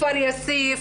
בכפר יאסיף,